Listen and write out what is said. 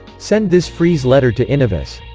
send this freeze letter to innovis